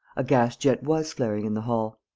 a gas-jet was flaring in the hall.